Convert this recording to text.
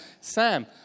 Sam